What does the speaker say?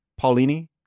Paulini